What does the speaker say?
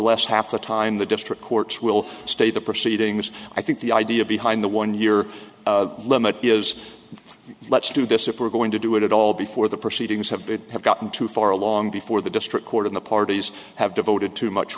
less half the time the district courts will stay the proceedings i think the idea behind the one year limit is let's do this if we're going to do it at all before the proceedings have been have gotten too far along before the district court in the parties have devoted too much